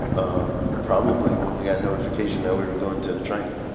um probably when we got notification that we were going to the training.